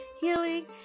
healing